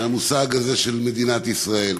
מהמושג הזה של מדינת ישראל.